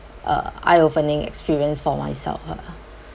uh eye opening experience for myself lah